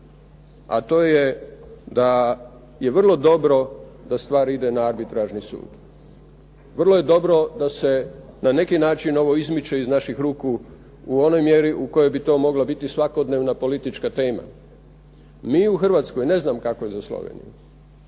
A to je da je vrlo dobro da stvar ide na arbitražni sud. Vrlo je dobro da se na neki način ovo izmiče iz naših ruku u onoj mjeri u kojoj bi to moglo biti svakodnevna politička tema. Mi u Hrvatskoj, ne znam kako je za Sloveniju,